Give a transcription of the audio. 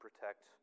protect